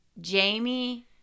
Jamie